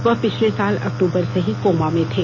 वह पिछले साल अक्तूबर से ही कोमा में थे